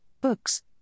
books